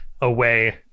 away